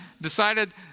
decided